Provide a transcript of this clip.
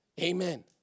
Amen